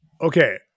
Okay